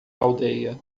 aldeia